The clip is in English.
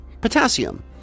potassium